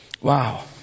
Wow